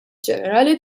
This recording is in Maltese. ġenerali